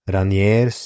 Ranier